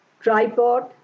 tripod